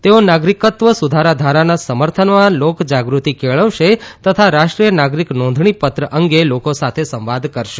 તેઓ નાગરિકત્વ સુધારા ધારાના સમર્થનમાં લોકજાગૃતિ કેળવશે તથા રાષ્ટ્રીય નાગરિક નોંધણી પત્ર અંગે લોકો સાથે સંવાદ કરશે